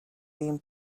been